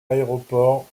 aéroport